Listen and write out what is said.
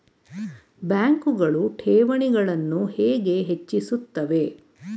ಬ್ಯಾಂಕುಗಳು ಠೇವಣಿಗಳನ್ನು ಹೇಗೆ ಹೆಚ್ಚಿಸುತ್ತವೆ?